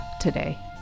today